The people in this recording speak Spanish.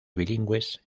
bilingües